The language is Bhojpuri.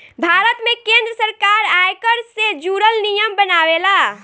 भारत में केंद्र सरकार आयकर से जुरल नियम बनावेला